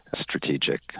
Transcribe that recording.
strategic